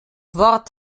wort